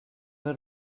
were